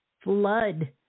flood